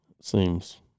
seems